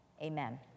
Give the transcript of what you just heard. amen